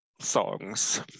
songs